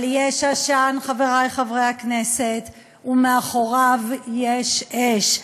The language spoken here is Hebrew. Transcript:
אבל יש עשן, חברי חברי הכנסת, ומאחוריו יש אש.